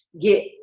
get